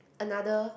another